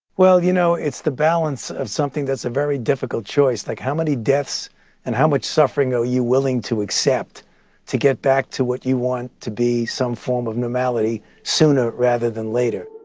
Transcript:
well, you know, it's the balance of something that's a very difficult choice. like, how many deaths and how much suffering are you willing to accept to get back to what you want to be some form of normality sooner rather than later?